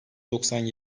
doksan